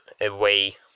away